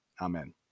Amen